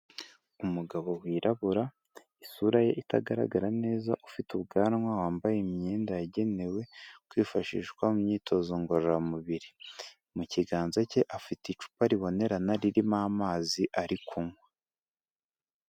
Umugabo wirabura isura ye itagaragara neza ufite ubwanwa, wambaye imyenda yagenewe kwifashishwa mu myitozo ngororamubiri, mu kiganza cye afite icupa ribonerana ririmo amazi ari kunywa.